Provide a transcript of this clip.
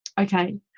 okay